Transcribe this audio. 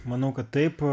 manau kad taip